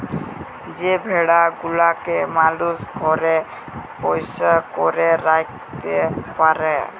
যে ভেড়া গুলাকে মালুস ঘরে পোষ্য করে রাখত্যে পারে